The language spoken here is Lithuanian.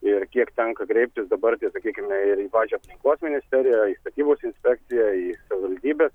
ir kiek tenka kreiptis dabar sakykime ir į pačią aplinkos ministeriją į statybos inspekciją į savivaldybę